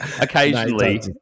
Occasionally